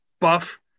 buff